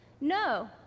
No